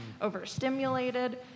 overstimulated